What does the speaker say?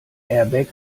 airbag